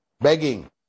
begging